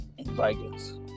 Vikings